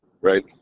Right